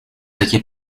takie